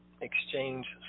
exchange